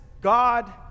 God